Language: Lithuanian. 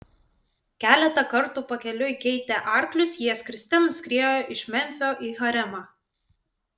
keletą kartų pakeliui keitę arklius jie skriste nuskriejo iš memfio į haremą